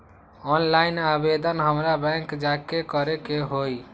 Online आवेदन हमरा bank जाके करे के होई?